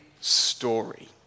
story